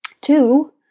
Two